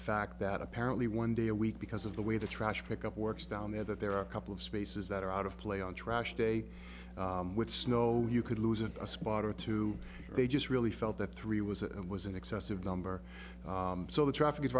fact that apparently one day a week because of the way the trash pickup works down there that there are a couple of spaces that are out of play on trash day with snow you could lose a spot or two they just really felt that three was a was an excessive number so the traffic